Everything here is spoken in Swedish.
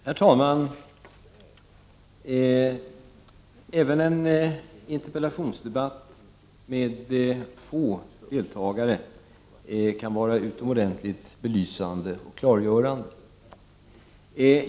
Herr talman! Även en interpellationsdebatt med få deltagare kan vara utomordentligt belysande och klargörande.